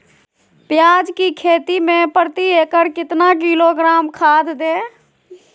प्याज की खेती में प्रति एकड़ कितना किलोग्राम खाद दे?